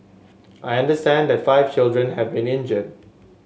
I understand that five children have been injured